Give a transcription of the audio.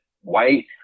white